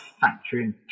Factory